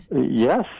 Yes